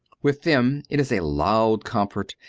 with them it is a loud comfort,